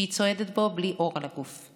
היא צועדת בו בלי אור על הגוף.